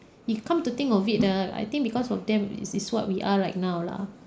you come to think of it ah I think because of them is is what we are right now lah